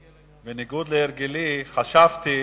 בניגוד להרגלי, חשבתי